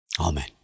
Amen